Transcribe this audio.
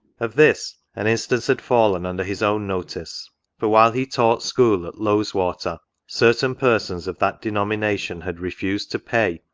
of this an instance had fallen under his own notice for, while he taught school at loweswater, certain persons of that denomination had re fused to pay,